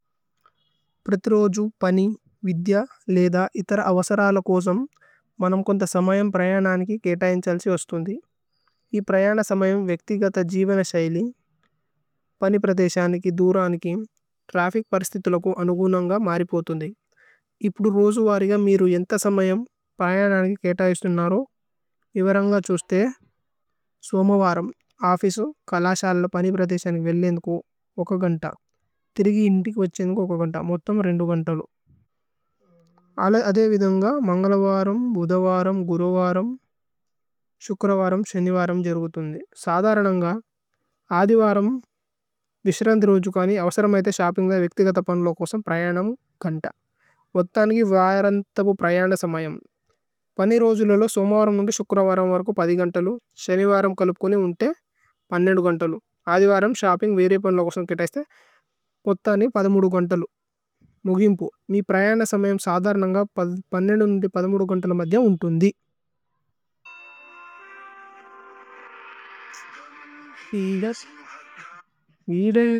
പ്രിത്രോജു, പനി, വിദ്യ, ലേദ, ഇതര് അവസരല കോജമ്, മനമ് കോന്ഥ സമയമ് പ്രയനാന് കേ കേതയേന് ഛല്സി ഉസ്തുന്ദി। ഇപ്രയന സമയമ് വേക്തികത ജിവന ശയിലി, പനി പ്രദേശനാന് കേ ദുരനാന് കേ ത്രഫിക് പരിസ്തിതുലകുന് അനുഗുനന്ഗ മരിപുതുന്ദി। ഇപ്ദു രോസു വരി ഗ മീരു യേന്ത സമയമ് പ്രയനാന് കേ കേതയിന് ഉസ്തുന്ദി നരോ, ഇവരന്ഗ ഛുസ്ഥേ സുമ വരമ്, ആഫിസു, കലശല പനി പ്രദേശനാന് കേ വേലി ഏന്കു, ഓക ഗന്ത। ഥിരിഗി ഹിന്തി കോ ഛേന്കു ഓക ഗന്ത, മോത്തമ രേന്ദു ഗന്ത ലു। ആലൈ ആദേ വിദന്ഗ, മന്ഗല വരമ്, ബുധ വരമ്, ഗുരു വരമ്, ശുക്ര വരമ്, ശനി വരമ് ജേരു ഗുന്ഥി। സദരനന്ഗ, ആദി വരമ്, വിശ്രന്ഥി രോസു കനി, അവസരമൈതേ ശപിന്ഗന് വേക്തികത പന് ലോ കോജമ്, പ്രയനാമ് ഗന്ത। ഇവരന്ഗ ഛുസ്ഥേ സുമ വരമ്, ആഫിസു, കലശല പനി പ്രദേശനാന് കേ വേലി ഏന്കു, ആഫിസു, കലശല പനി പ്രദേശനാന് കേ വേലി ഏന്കു, ഓക ഗന്ത। ആദി വരമ്, ശപിന്ഗന് വേക്തികത പന് ലോ കോജമ്, ആഫിസു, കലശല പന് ലോ കോജമ്, ആഫിസു, കലശല പന് ലോ കോജമ്, ആഫിസു, കലശല പന് ലോ കോജമ്, ആഫിസു, കലശല പന് ലോ കോജമ്।